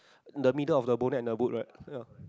the middle of the bonnet and the boat right